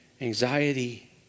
anxiety